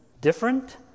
different